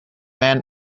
man